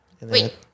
Wait